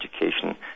Education